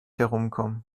herumkommen